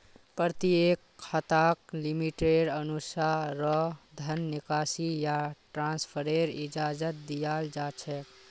प्रत्येक खाताक लिमिटेर अनुसा र धन निकासी या ट्रान्स्फरेर इजाजत दीयाल जा छेक